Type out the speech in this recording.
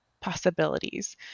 possibilities